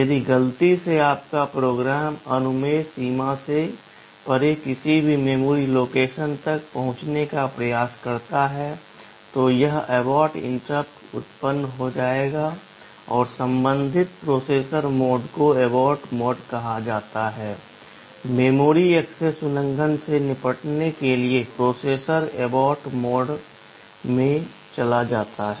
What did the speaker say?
यदि गलती से आपका प्रोग्राम अनुमेय सीमा से परे किसी भी मेमोरी लोकेशन तक पहुंचने का प्रयास करता है तो यह एबॉर्ट इंटरप्ट उत्पन्न हो जाएगा और संबंधित प्रोसेसर मोड को एबॉर्ट मोड कहा जाता है मेमोरी एक्सेस उल्लंघन से निपटने के लिए प्रोसेसर एबॉर्ट मोड में जाता है